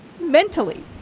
mentally